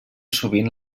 sovint